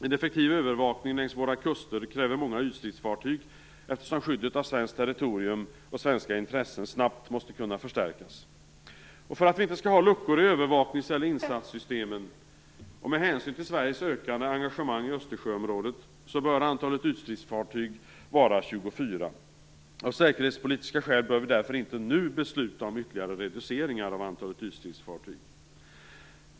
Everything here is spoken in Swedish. En effektiv övervakning längs våra kuster kräver många ytstridsfartyg, eftersom skyddet av svenskt territorium och svenska intressen snabbt måste kunna förstärkas. För att det inte skall bli luckor i övervaknings eller insatssystemen och med hänsyn till Sveriges ökade engagemang i Östersjöområdet bör antalet ytstridsfartyg vara 24. Av säkerhetspolitiska skäl bör vi därför inte nu besluta om ytterligare reduceringar av antalet ytstridsfartyg.